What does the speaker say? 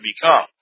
become